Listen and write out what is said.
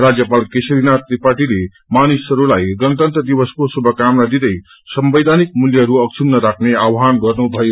राज्यपाल केशरीनाथ त्रिपाठीले मानिसहरूलाई गणतन्त्र दिवसको शुभकामना दिदै संवैधानिक मूल्यहरू अश्वुण्ण राख्ने आवहान गर्नुभयो